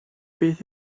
beth